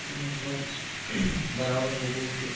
یِمن چھِ وۄنۍ برابر حقوٗق تہِ